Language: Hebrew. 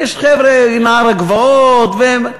יש חבר'ה, נוער הגבעות, והם,